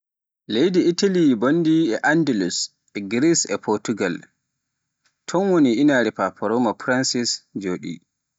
Leydi Italy e bondi e Andulus, Greece e Potugal, ton woni anaare Paparoma Pranceis joɗi.